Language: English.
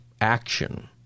action